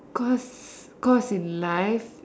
cause cause in life